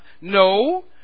no